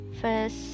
first